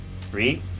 Three